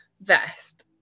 vest